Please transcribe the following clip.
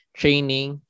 training